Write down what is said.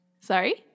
Sorry